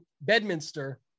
Bedminster